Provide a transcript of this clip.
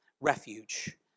refuge